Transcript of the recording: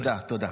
תודה, תודה.